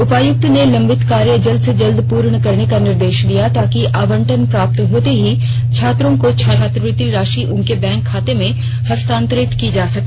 उपायुक्त ने लंबित कार्य जल्द से जल्द पूर्ण करने का निर्देश दिया ताकी आवंटन प्राप्त होते ही छात्रों को छात्रवृति राशि उनके बैंक खाते में हस्तारित की जा सके